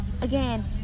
again